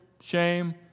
shame